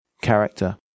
character